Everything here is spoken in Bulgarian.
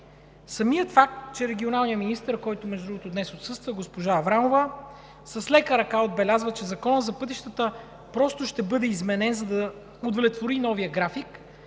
Самият факт, че регионалният министър, който днес отсъства – госпожа Аврамова, с лека ръка отбелязва, че Законът за пътищата просто ще бъде изменен, за да удовлетвори новия график,